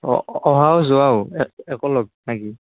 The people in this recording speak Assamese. অঁ অহাও যোৱাও একেলগ নেকি